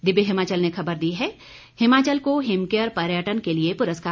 दिव्य हिमाचल ने खबर दी है हिमाचल को हिमकेयर पर्यटन के लिए पुरस्कार